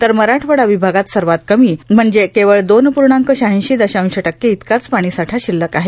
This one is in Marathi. तर मराठवाडा विभागात सर्वात कमी म्हणजे केवळ दोन पूर्णाक शहाऐंशी दशांश टक्के इतकाच पाणीसाठा शिल्लक आहे